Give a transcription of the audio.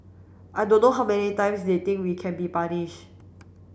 I don't know how many times they think we can be punish